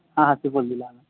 ہاں ہاں سپول جلع